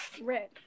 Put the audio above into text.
Red